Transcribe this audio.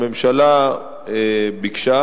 הממשלה ביקשה,